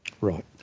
Right